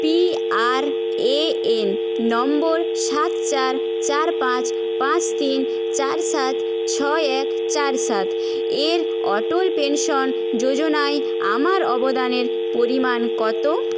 PRAN number সাত চার চার পাঁচ পাঁচ তিন চার সাত ছয় এক চার সাত এর অটল পেনশন যোজনায় আমার অবদানের পরিমাণ কত